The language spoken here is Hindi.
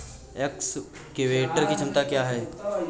एक्सकेवेटर की कीमत क्या है?